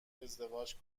ازدواج